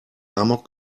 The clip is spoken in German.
amok